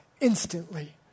instantly